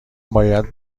باید